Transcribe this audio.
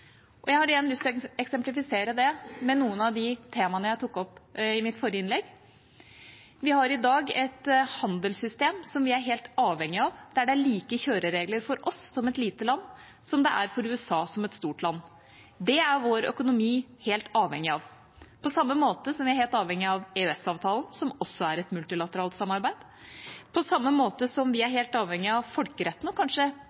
Jeg har lyst til å eksemplifisere det med noen av de temaene jeg tok opp i mitt forrige innlegg. Vi har i dag et handelssystem som vi er helt avhengig av, der det er like kjøreregler for oss som et lite land, som det er for USA som et stort land. Det er vår økonomi helt avhengig av – på samme måte som vi er helt avhengig av EØS-avtalen, som også er et multilateralt samarbeid, og på samme måte som vi er helt avhengig av folkeretten, og kanskje